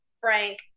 Frank